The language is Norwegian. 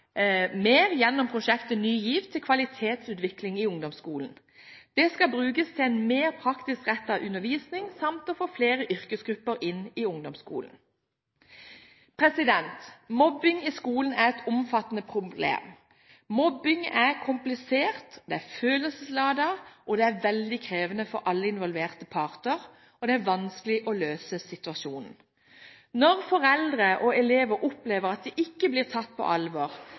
mer gjennom prosjektet Ny GIV til kvalitetsutvikling i ungdomsskolen. Det skal brukes til en mer praktisk rettet undervisning samt å få flere yrkesgrupper inn i ungdomsskolen. Mobbing i skolen er et omfattende problem. Mobbing er komplisert og følelsesladet, det er veldig krevende for alle involverte parter, og det er vanskelig å løse situasjonen. Når foreldre og elever opplever at de ikke blir tatt på alvor,